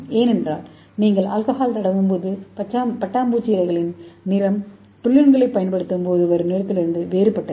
ஏனென்றால் நீங்கள் ஆல்கஹால் தடவும்போது பட்டாம்பூச்சி சிறகுகளின் நிறம் டோலூயினைப் பயன்படுத்தும்போது வரும் நிறத்திலிருந்து வேறுபட்டது